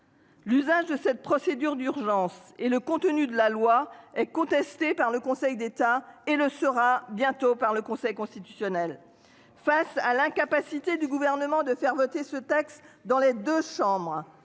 L'usage de cette procédure d'urgence et le contenu de la loi est contestée par le Conseil d'État et le sera bientôt par le Conseil constitutionnel face à l'incapacité du gouvernement de faire voter ce texte. Dans les 2 chambres,